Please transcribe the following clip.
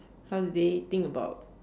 how did they think about